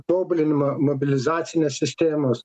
tobulinimą mobilizacinės sistemos